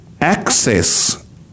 access